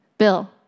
Bill